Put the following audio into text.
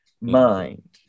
mind